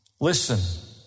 listen